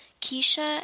Keisha